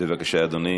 בבקשה אדוני.